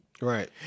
Right